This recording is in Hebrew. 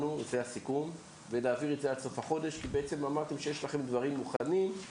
בעצם אמרתם שיש לכם דברים מוכנים,